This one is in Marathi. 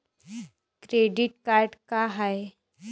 क्रेडिट कार्ड का हाय?